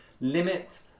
Limit